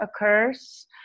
occurs